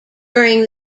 during